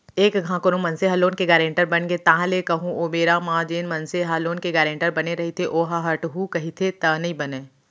एक घांव कोनो मनसे ह लोन के गारेंटर बनगे ताहले कहूँ ओ बेरा म जेन मनसे ह लोन के गारेंटर बने रहिथे ओहा हटहू कहिथे त नइ बनय